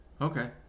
Okay